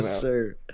sir